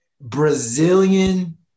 brazilian